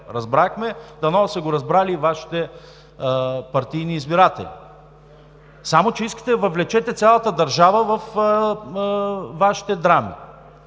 разбрахме. Дано са го разбрали и Вашите партийни избиратели. Само че искате да въвлечете цялата държава във Вашите драми,